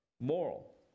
moral